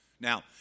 Now